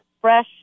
fresh